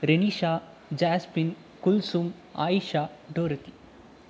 பிரினிஷா ஜாஸ்பின் குல்சுன் ஆயிஷா டோரிட்டி